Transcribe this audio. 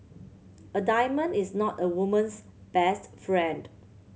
a diamond is not a woman's best friend